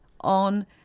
on